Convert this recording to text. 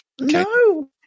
No